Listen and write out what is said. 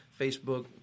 Facebook